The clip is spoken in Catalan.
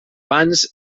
vans